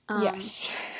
Yes